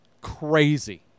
crazy